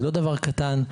זה לא דבר קטן,